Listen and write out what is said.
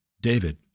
David